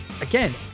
again